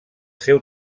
seu